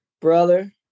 Brother